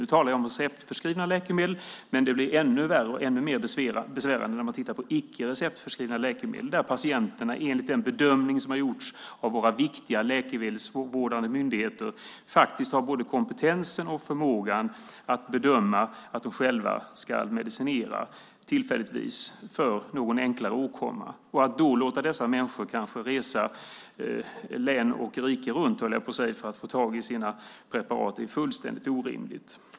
Nu talar jag om receptförskrivna läkemedel, men det blir ännu värre och ännu mer besvärande när man tittar på icke receptförskrivna läkemedel där patienterna, enligt den bedömning som har gjorts av våra viktiga läkemedelsvårdande myndigheter, faktiskt har både kompetensen och förmågan att bedöma att de själva ska medicinera tillfälligtvis för någon enklare åkomma. Att då låta dessa människor resa kanske län och rike runt, så att säga, för att få tag i sina preparat är fullständigt orimligt.